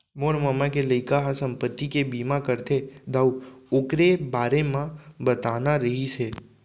मोर ममा के लइका ह संपत्ति के बीमा करथे दाऊ,, ओकरे बारे म बताना रहिस हे